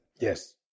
Yes